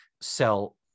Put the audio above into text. sell